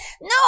No